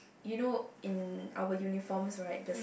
you know in our uniforms right